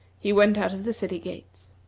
he went out of the city gates.